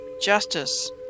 Justice